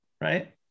right